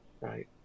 Right